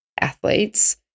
athletes